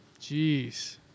Jeez